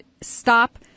stop